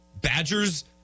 Badger's